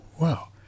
Wow